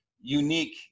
unique